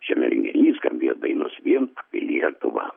šiame renginy skambėjo dainos vien į lietuvą